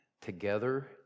together